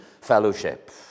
fellowship